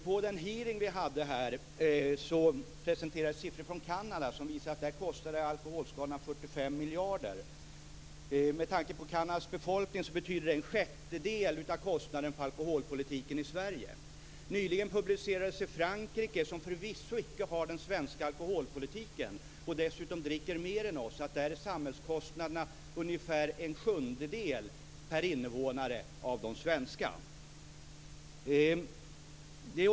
På den hearing som vi hade här presenterades siffror från Kanada som visade att där kostar alkoholskadorna 45 miljarder. Med tanke på Kanadas befolkning betyder det en sjättedel av kostnaderna för alkoholskadorna i Sverige. Nyligen publicerades i Frankrike, som förvisso icke har den svenska alkoholpolitiken och dessutom dricker mer än vi, en undersökning som visar att där är samhällskostnaderna per invånare ungefär en sjundedel av de svenska.